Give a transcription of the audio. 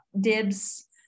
dibs